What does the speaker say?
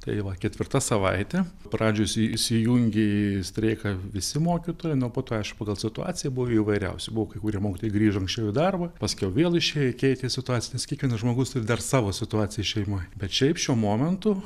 tai va ketvirta savaitė pradžioj įsi įsijungė į streiką visi mokytojai nu o po to aišku pagal situaciją buvo įvairiausių buvo kai kurie mokytojai grįžo anksčiau į darbą paskiau vėl išėjo keitėsi situacija nes kiekvienas žmogus turi dar savo situaciją šeimoj bet šiaip šiuo momentu